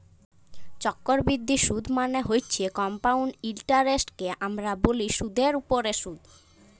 চক্করবিদ্ধি সুদ মালে হছে কমপাউল্ড ইলটারেস্টকে আমরা ব্যলি সুদের উপরে সুদ